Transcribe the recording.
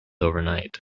overnight